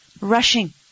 rushing